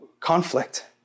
conflict